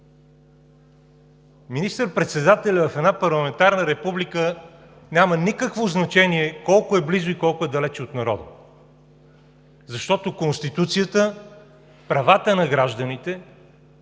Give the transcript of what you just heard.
Министър председателят в една парламентарна република няма никакво значение колко е близо и колко е далече от народа, защото Конституцията, правата на гражданите,